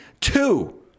two